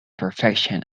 perfection